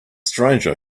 stranger